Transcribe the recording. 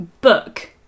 book